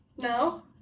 No